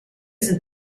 sind